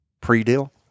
pre-deal